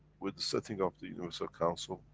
with the setting of the universal council.